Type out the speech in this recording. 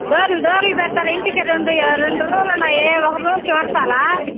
డోర్లు డోర్లు పెట్టాలి ఇంటికి రెండు రెండు రూములు ఉండాయి ఒక రూమ్కి వరసాల